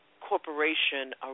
corporation